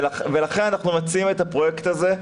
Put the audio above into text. לכן אנחנו מציעים את הפרויקט הזה,